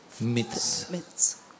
Myths